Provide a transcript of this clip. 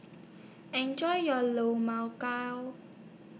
Enjoy your Low Mao Gao